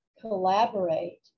collaborate